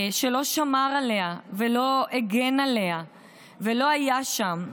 הוא לא שמר עליה ולא הגן עליה ולא היה שם,